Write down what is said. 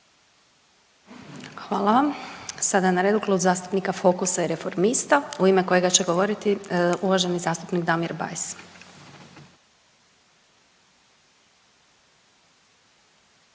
Hvala vam. Sada je na redu Klub zastupnika Fokusa i Reformista u ime kojega će govoriti uvaženi zastupnik Damir Bajs.